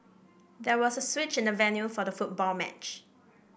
there was a switch in the venue for the football match